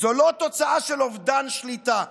זו לא תוצאה של אובדן שליטה,